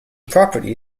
property